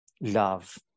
love